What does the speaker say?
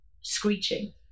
screeching